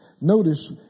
Notice